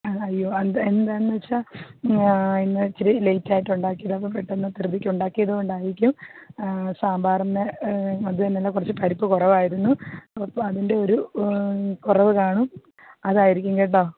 അയ്യോ അത് എന്താന്ന് വെച്ച ഇന്ന് ഇച്ചിരി ലെയ്റ്റായിട്ട് ഉണ്ടാക്കിയതാണ് പെട്ടന്ന് ദിർദിക്ക് ഉണ്ടാക്കിയത് കൊണ്ടായിരിക്കും സാമ്പാറിനു അതു തന്നെ കുറച്ച് പരിപ്പ് കുറവായിരുന്നു അപ്പതിൻ്റെ ഒരു കുറവ് കാണും അതായിരിക്കും കേട്ടോ